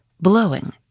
blowing